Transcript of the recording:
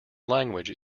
language